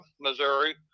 Missouri